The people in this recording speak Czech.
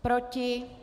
Proti?